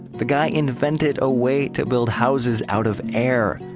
the guy invented a way to build houses out of air!